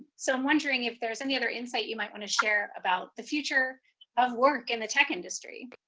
so i'm wondering if there's any other insight you might want to share about the future of work in the tech industry?